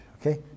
Okay